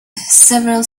several